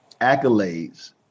accolades